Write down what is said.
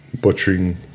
butchering